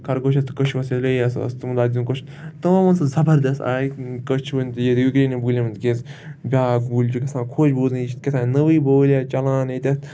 کھرگوشس تہٕ کچھوس ییٚلہِ ٲسۍ تِمَن دگ دیُن کوش تمو ووٚن سُہ زبردَس آیہِ کٔچھوٕنۍ یہِ یوٗکرین گُلٮ۪ن ہُنٛد کیازِ اکھ گُلۍ چھِ گژھان خۄش بوزٕنۍ کتھ یہِ چھِ کیاتانۍ نٔوے بوٗلیا آے چَلان ییٚتٮ۪تھ